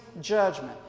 judgment